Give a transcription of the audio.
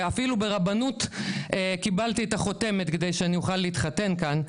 אפילו ברבנות קיבלתי את החותמת כדי שאני אוכל להתחתן כאן,